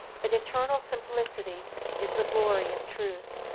but eternal simplicity is the glory of truth.